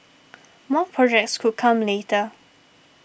more projects could come later